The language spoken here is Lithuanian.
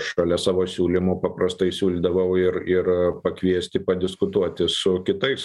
šalia savo siūlymų paprastai siūlydavau ir ir pakviesti padiskutuoti su kitais